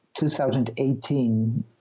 2018